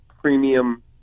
premium